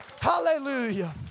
Hallelujah